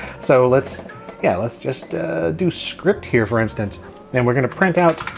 so let's yeah let's just do script here for instance and we're gonna print out